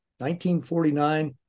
1949